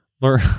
learn